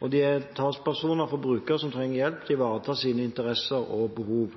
og de er talspersoner for brukere som trenger hjelp til å ivareta sine